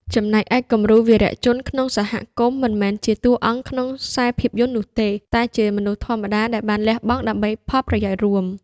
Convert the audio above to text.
ចំណែកឯគំរូវីរៈជនក្នុងសហគមន៍មិនមែនជាតួអង្គក្នុងខ្សែភាពយន្តនោះទេ តែជាមនុស្សធម្មតាដែលបានលះបង់ដើម្បីផលប្រយោជន៍រួម។